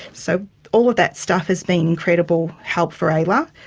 so all of that stuff has been an incredible help for ayla,